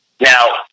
Now